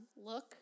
look